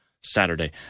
Saturday